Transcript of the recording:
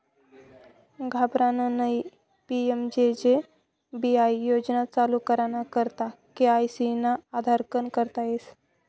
घाबरानं नयी PMJJ BY योजना चालू कराना करता के.वाय.सी ना आधारकन करता येस